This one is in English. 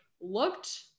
looked